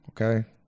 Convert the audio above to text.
okay